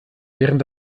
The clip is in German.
während